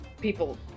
people